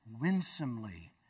winsomely